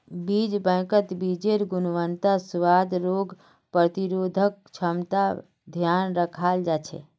बीज बैंकत बीजेर् गुणवत्ता, स्वाद, रोग प्रतिरोधक क्षमतार ध्यान रखाल जा छे